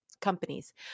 companies